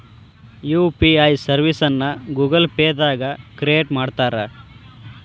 UPI ಸರ್ವಿಸ್ನ Google pay ದಾಗ create ಮಾಡ್ತಾರಾ